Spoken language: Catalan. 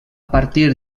partir